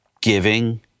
giving